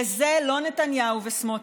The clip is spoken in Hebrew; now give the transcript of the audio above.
וזה לא נתניהו וסמוטריץ'